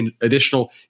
additional